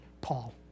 Paul